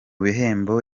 bihembo